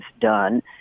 done